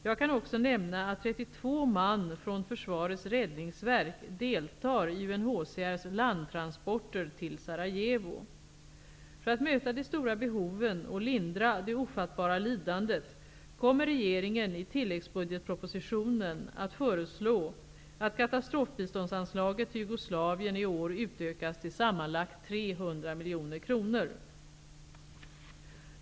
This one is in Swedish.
Jag kan också nämna att 32 man från Försvarets räddningsverk deltar i UNHCR:s landtransporter till Sarajevo. För att möta de stora behoven och lindra det ofattbara lidandet kommer regeringen i tilläggsbudgetpropositionen att föreslå att katastrofbiståndsanslaget till Jugoslavien i år utökas till sammanlagt 300 miljoner kronor.